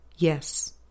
Yes